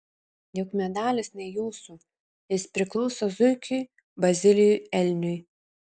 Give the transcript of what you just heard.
juk medalis ne jūsų jis priklauso zuikiui bazilijui elniui